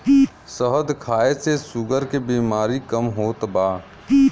शहद खाए से शुगर के बेमारी कम होत बा